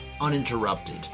uninterrupted